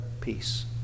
peace